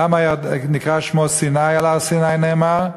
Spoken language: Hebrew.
למה נקרא שמו סיני, על-הר סיני נאמר?